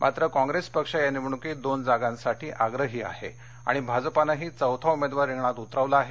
मात्र काँग्रेस पक्ष या निवडणुकीत दोन जागांसाठी आग्रही आहे आणि भाजपानंही चौथा उमेदवार रिंगणात उतरवला आहे